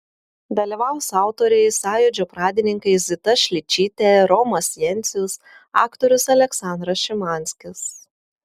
dalyvaus autoriai sąjūdžio pradininkai zita šličytė romas jencius aktorius aleksandras šimanskis